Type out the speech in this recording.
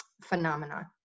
phenomenon